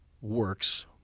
works